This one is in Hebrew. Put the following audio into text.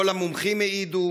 כל המומחים העידו,